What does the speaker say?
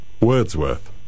Wordsworth